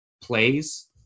plays